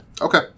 Okay